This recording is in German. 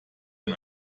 den